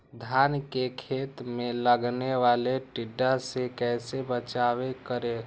धान के खेत मे लगने वाले टिड्डा से कैसे बचाओ करें?